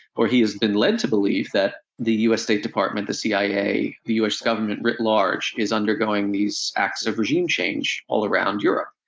or he has been led to believe, that the us state department, the cia, the us government writ large is undergoing these acts of regime change all around europe.